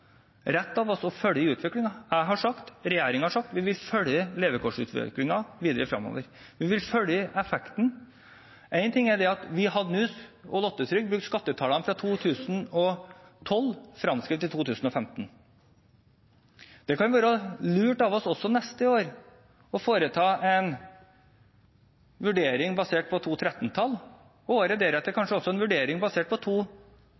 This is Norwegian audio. rett av oss å følge utviklingen. Jeg og regjeringen har sagt at vi vil følge levekårsutviklingen videre fremover. Vi vil følge med på effekten. Én ting er at vi i LOTTE-Trygd hadde brukt skattetallene fra 2012 fremskrevet til 2015. Det kan være lurt av oss også neste år å foreta en vurdering basert på 2013-tall, og året deretter kanskje også få en vurdering basert på